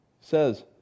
says